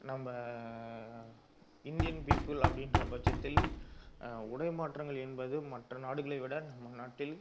நம்ப Indian people அப்ப டின்ற பட்சத்தில் உடை மாற்றங்கள் என்பது மற்ற நாடுகளை விட நம்ம நாட்டில்